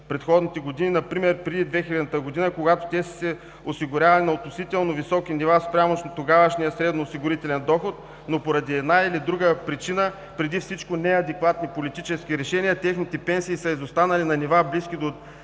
предходните години например преди 2000 г., когато те са се осигурявали на относително високи нива спрямо тогавашния среден осигурителен доход, но поради една или друга причина, преди всичко неадекватни политически решения, техните пенсии са изостанали на нива, близки до